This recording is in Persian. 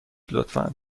لطفا